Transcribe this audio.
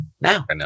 now